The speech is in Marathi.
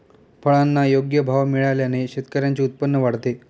फळांना योग्य भाव मिळाल्याने शेतकऱ्यांचे उत्पन्न वाढते